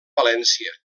valència